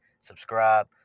Subscribe